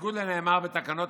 תודה לסגנית